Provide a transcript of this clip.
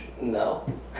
No